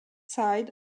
side